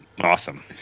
Awesome